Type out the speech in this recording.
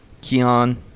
Keon